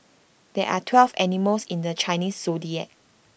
there are twelve animals in the Chinese Zodiac